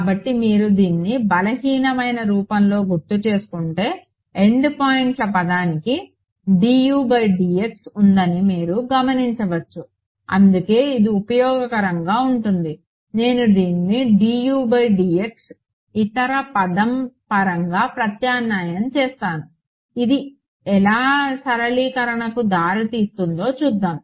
కాబట్టి మీరు దీన్ని బలహీనమైన రూపంలో గుర్తుచేసుకుంటే ఎండ్ పాయింట్ల పదానికి ఉందని మీరు గమనించవచ్చు అందుకే ఇది ఉపయోగకరంగా ఉంటుంది నేను దీన్ని ఇతర పదం పరంగా ప్రత్యామ్నాయం చేస్తాను ఇది ఎలా సరళీకరణకు దారితీస్తుందో చూద్దాం